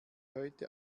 heute